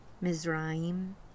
Mizraim